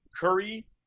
Curry